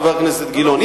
חבר הכנסת גילאון.